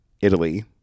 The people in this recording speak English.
Italy